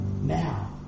now